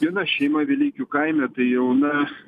viena šeima vileikių kaime tai jauna